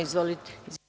Izvolite.